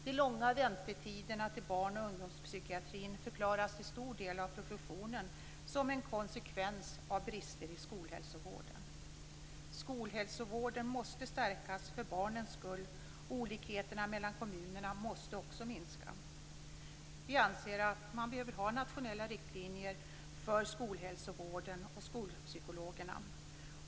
De långa väntetiderna till barn och ungdomspsykiatrin förklaras av en stor del av professionen som en konsekvens av brister i skolhälsovården. Skolhälsovården måste stärkas för barnens skull, och olikheterna mellan kommunerna måste minska. Vi anser att det behövs nationella riktlinjer för skolhälsovården och skolpsykologerna.